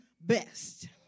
best